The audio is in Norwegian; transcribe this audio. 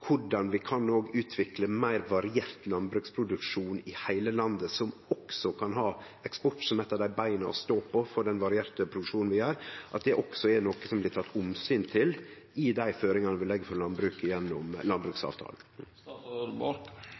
korleis vi òg kan utvikle meir variert landbruksproduksjon i heile landet, som også kan ha eksport som eitt av beina å stå på, i dei føringane vi legg for landbruket gjennom landbruksavtalen. Som representanten er inne på, skal ikke statsråden kommentere det som skjer i